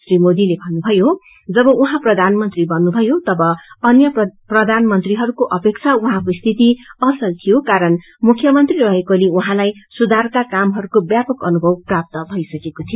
श्री मोदीले भन्नुभयो जब उहाँ प्रधानमंत्री बन्नुभयो तब अन्य प्रधानमंत्रीहरूको अपेक्षा उहाँको स्थिति असल थियो कारण मुख्यमंत्री रेकोले उहाँलाई सुधारका कामहरूको व्यापक अनुभव प्राप्त भइसकेको थियो